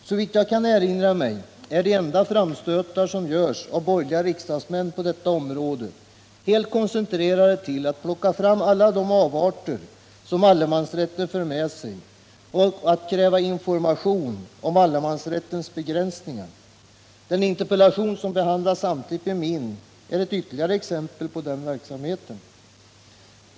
Såvitt jag kan erinra mig är de enda framstötar som görs av borgerliga riksdagsmän på detta område helt koncentrerade till att plocka fram alla de avarter som allemansrätten för med sig och att kräva information om allemansrättens begränsningar. Den interpellation som behandlas samtidigt med min är ett ytterligare exempel på den verksamheten.